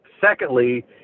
Secondly